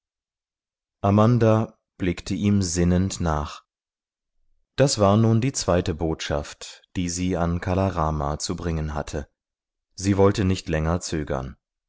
amanda blickte ihm sinnend nach das war nun die zweite botschaft die sie an kala rama zu bringen hatte sie wollte nicht länger zögern